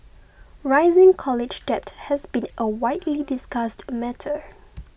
rising college debt has been a widely discussed matter